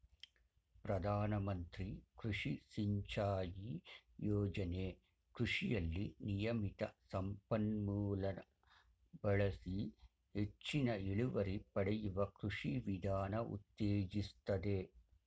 ಪ್ರಧಾನಮಂತ್ರಿ ಕೃಷಿ ಸಿಂಚಾಯಿ ಯೋಜನೆ ಕೃಷಿಯಲ್ಲಿ ನಿಯಮಿತ ಸಂಪನ್ಮೂಲ ಬಳಸಿ ಹೆಚ್ಚಿನ ಇಳುವರಿ ಪಡೆಯುವ ಕೃಷಿ ವಿಧಾನ ಉತ್ತೇಜಿಸ್ತದೆ